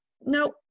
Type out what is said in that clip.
no